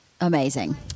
amazing